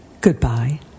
Goodbye